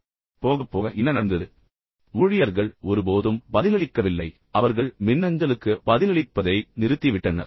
எனவே போகப் போக என்ன நடந்தது ஊழியர்கள் ஒருபோதும் பதிலளிக்கவில்லை அவர்கள் மின்னஞ்சலுக்கு பதிலளிப்பதை நிறுத்திவிட்டனர்